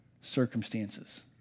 circumstances